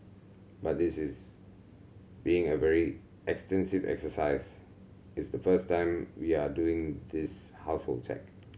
but this is being a very extensive exercise it's the first time we are doing this household check